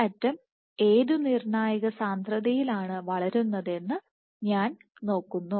ഈ അറ്റം ഏതു നിർണായക സാന്ദ്രതയിലാണ് വളരുന്നതെന്ന് ഞാൻ നോക്കുന്നു